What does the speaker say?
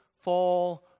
fall